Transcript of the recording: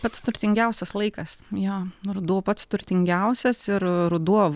pats turtingiausias laikas jo ruduo pats turtingiausias ir ruduo